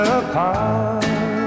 apart